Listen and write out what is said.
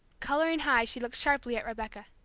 coloring high, she looked sharply at rebecca.